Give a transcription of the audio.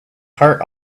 heart